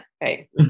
right